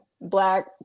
black